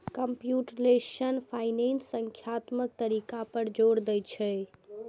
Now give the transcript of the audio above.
computational finance संख्यात्मक तरीका पर जोर दै छै